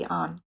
on